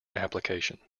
application